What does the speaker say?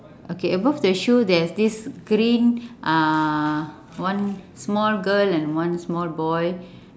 okay above the shoe there is this green uhh one small girl and one small boy